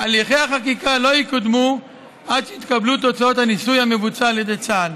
הליכי החקיקה לא יקודמו עד שיתקבלו תוצאות הניסוי המבוצע על ידי צה"ל.